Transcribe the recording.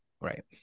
Right